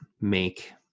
make